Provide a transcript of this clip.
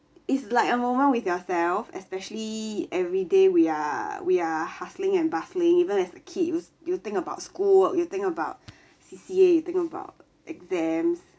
is like a moment with yourself especially everyday we are we are hustling and bustling even as a kid you think about school what you think about C_C_A you think about exams